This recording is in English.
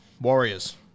Warriors